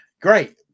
great